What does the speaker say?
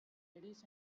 ladies